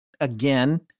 again